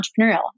entrepreneurial